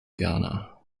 ghana